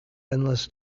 endless